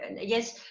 yes